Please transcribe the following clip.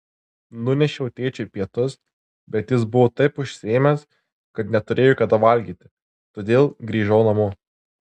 nunešiau tėčiui pietus bet jis buvo taip užsiėmęs kad neturėjo kada valgyti todėl grįžau namo